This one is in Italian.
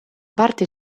parte